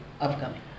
Upcoming